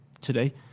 today